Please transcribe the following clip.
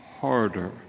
harder